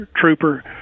trooper